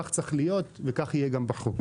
כך צריך להיות וכך יהיה גם בחוק.